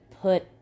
put